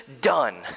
done